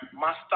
Master